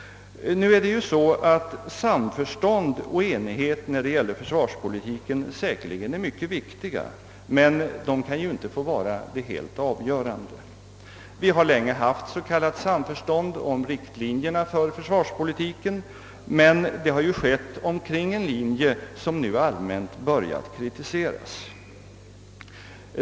Samförstånd och enighet när det gäller försvarspolitiken är säkerligen mycket viktiga, men de kan inte få vara helt avgörande. Vi har länge haft s.k. samförstånd om riktlinjerna för försvarspolitiken men det har varit kring en linje som nu allmänt börjar kritiseras.